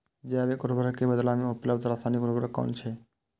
जैविक उर्वरक के बदला में उपलब्ध रासायानिक उर्वरक कुन छै?